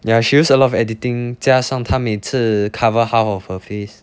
yeah she use a lot of editing 加上她每次 cover half of her face